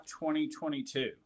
2022